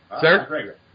Sir